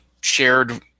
shared